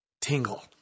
tingle